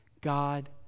God